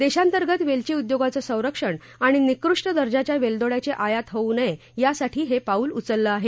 देशांतर्गत वेलची उद्योगाचं संरक्षण आणि निकृष्ट दर्जाच्या वेलदोड्याची आयात होऊ नये यासाठी हे पाऊल उचललं आहे